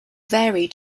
vary